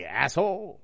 asshole